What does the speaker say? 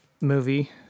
movie